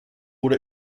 would